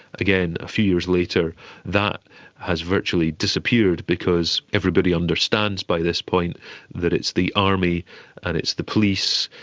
again, a few years later that has virtually disappeared because everybody understands by this point that it's the army and it's the police,